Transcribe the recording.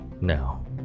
Now